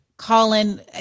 Colin